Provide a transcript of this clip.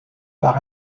par